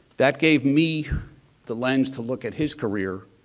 that gave me the lens to look at his career